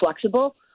flexible